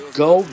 go